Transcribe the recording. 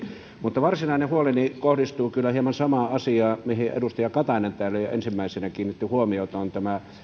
mutta varsinainen huoleni kohdistuu kyllä hieman samaan asiaan mihin edustaja katainen täällä jo ensimmäisenä kiinnitti huomiota se on tämä